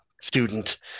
student